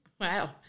Wow